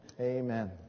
Amen